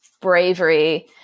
bravery